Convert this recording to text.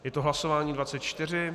Je to hlasování 24.